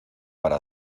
para